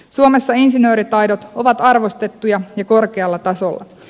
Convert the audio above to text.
suomessa insinööritaidot ovat arvostettuja ja korkealla tasolla